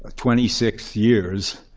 ah twenty six years.